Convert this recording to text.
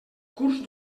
curs